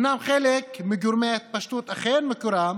אומנם חלק מגורמי ההתפשטות אכן מקורם